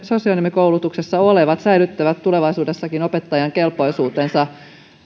sosionomikoulutuksessa olevat säilyttävät tulevaisuudessakin opettajan kelpoisuutensa